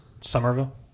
Somerville